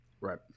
Right